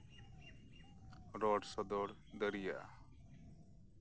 ᱨᱚᱲ ᱥᱚᱫᱚᱨ ᱫᱟᱲᱮᱭᱟᱜᱼᱟ